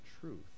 truth